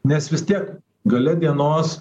nes vis tiek gale dienos